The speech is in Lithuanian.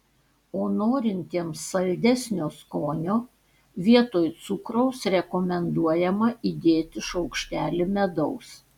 o norintiems saldesnio skonio vietoj cukraus rekomenduojama įdėti šaukštelį medaus